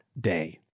day